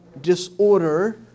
disorder